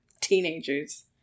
teenagers